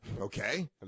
Okay